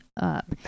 up